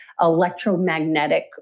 electromagnetic